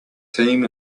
team